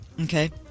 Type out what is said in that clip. Okay